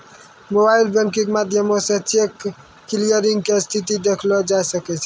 mobile banking के माध्यमो से चेक क्लियरिंग के स्थिति देखलो जाय सकै छै